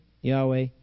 Yahweh